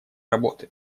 работы